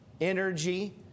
energy